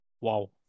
wow